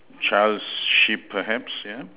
child sheep perhaps yeah